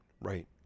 Right